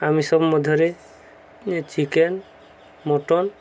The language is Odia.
ଆମିଷ ମଧ୍ୟରେ ଚିକେନ୍ ମଟନ୍